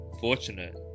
fortunate